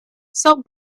soap